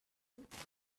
into